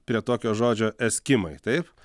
prie tokio žodžio eskimai taip